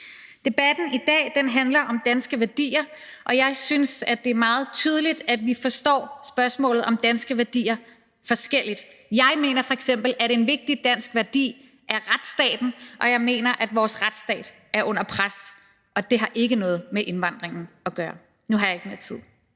Debatten i dag handler om danske værdier, og jeg synes, det er meget tydeligt, at vi forstår spørgsmålet om danske værdier forskelligt. Jeg mener f.eks., at en vigtig dansk værdi er retsstaten, og jeg mener, at vores retsstat er under pres, og det har ikke noget med indvandringen at gøre. Nu har jeg ikke mere tid.